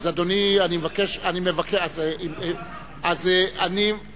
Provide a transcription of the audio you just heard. אז, אדוני, אני מבקש, אתה לא יכול לענות.